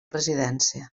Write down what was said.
presidència